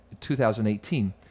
2018